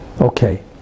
Okay